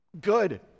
Good